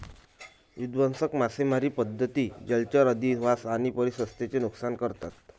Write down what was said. विध्वंसक मासेमारी पद्धती जलचर अधिवास आणि परिसंस्थेचे नुकसान करतात